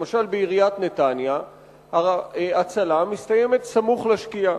למשל בעיריית נתניה ההצלה מסתיימת סמוך לשקיעה.